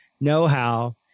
know-how